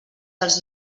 dels